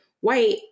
white